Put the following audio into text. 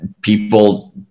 people